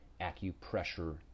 acupressure